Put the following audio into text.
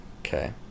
okay